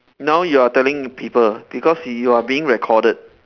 now you are telling people because you are being recorded